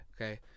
Okay